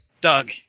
Doug